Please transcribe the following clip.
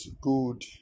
good